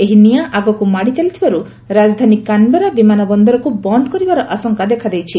ଏହି ନିଆଁ ଆଗକୁ ମାଡ଼ିଚାଲିଥିବାରୁ ରାଜଧାନୀ କାନ୍ବେରା ବିମାନ ବନ୍ଦରକୁ ବନ୍ଦ କରିବାର ଆଶଙ୍କା ଦେଖାଦେଇଛି